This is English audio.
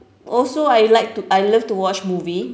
also I like to I love to watch movie